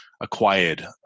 acquired